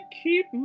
keep